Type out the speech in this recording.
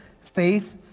faith